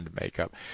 makeup